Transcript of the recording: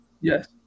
Yes